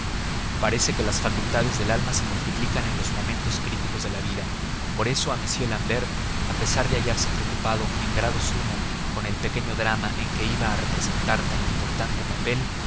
parece que las facultades del alma se multiplican en los momentos críticos de la vida por eso a m l'ambert a pesar de hallarse preocupado en grado sumo con el pequeño drama en que iba a representar tan importante papel